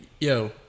yo